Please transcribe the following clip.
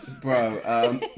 Bro